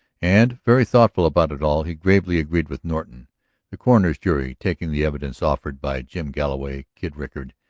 and, very thoughtful about it all, he gravely agreed with norton the coroner's jury, taking the evidence offered by jim galloway, kid rickard,